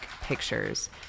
pictures